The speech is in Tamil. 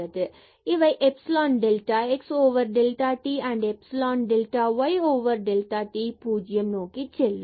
இவை epsilon delta x delta t epsilon delta y delta t பூஜ்ஜியம் நோக்கி செல்கிறது